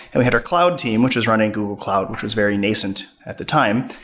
and we had our cloud team, which is running google cloud, which was very nascent at the time,